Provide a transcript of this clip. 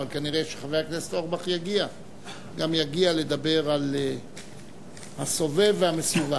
אבל כנראה חבר הכנסת אורבך יגיע לדבר על הסובב והמסובב.